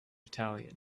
battalion